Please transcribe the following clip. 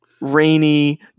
rainy